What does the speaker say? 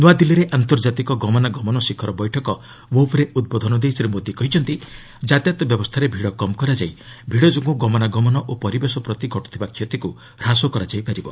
ନୂଆଦିଲ୍ଲୀରେ ଆର୍ନ୍ତଜାତିକ ଗମନାଗମନ ଶିଖର ବୈଠକ 'ମୁଭ୍'ରେ ଉଦ୍ବୋଧ ଦେଇ ଶ୍ରୀ ମୋଦି କହିଛନ୍ତି କାତାୟତ ବ୍ୟବସ୍ଥାରେ ଭିଡ଼ କମ୍ କରାଯାଇ ଭିଡ଼ ଯୋଗୁଁ ଗମନାଗମନ ଓ ପରିବେଶ ପ୍ରତି ଘଟୁଥିବା କ୍ଷତିକୁ ହ୍ରାସ କରାଯାଇ ପାରିବ